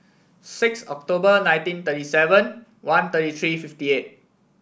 six October nineteen thirty seven one thirty three fifty eight